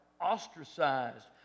ostracized